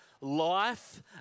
life